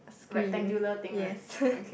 screen yes